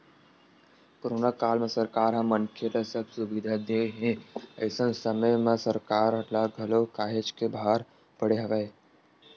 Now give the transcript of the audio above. corona काल म सरकार ह मनखे ल सब सुबिधा देय हे अइसन समे म सरकार ल घलो काहेच के भार पड़े हवय